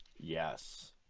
Yes